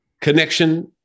connection